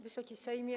Wysoki Sejmie!